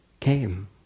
came